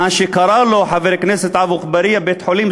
מה שקרא לו חבר הכנסת עפו אגבאריה "בית-חולים",